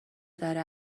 ذره